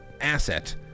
asset